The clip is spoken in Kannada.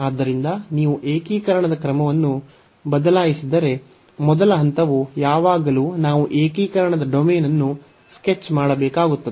ಆದ್ದರಿಂದ ನೀವು ಏಕೀಕರಣದ ಕ್ರಮವನ್ನು ಬದಲಾಯಿಸಿದರೆ ಮೊದಲ ಹಂತವು ಯಾವಾಗಲೂ ನಾವು ಏಕೀಕರಣದ ಡೊಮೇನ್ ಅನ್ನು ಸ್ಕೆಚ್ ಮಾಡಬೇಕಾಗುತ್ತದೆ